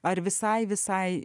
ar visai visai